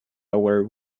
our